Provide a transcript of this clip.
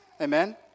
amen